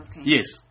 Yes